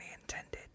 intended